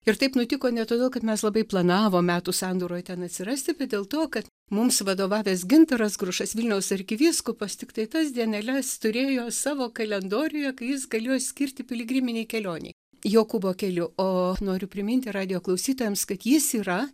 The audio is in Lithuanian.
ir taip nutiko ne todėl kad mes labai planavom metų sandūroj ten atsirasti bet dėl to kad mums vadovavęs gintaras grušas vilniaus arkivyskupas tiktai tas dieneles turėjo savo kalendoriuje kai jis galėjo skirti piligriminei kelionei jokūbo keliu o noriu priminti radijo klausytojams kad jis yra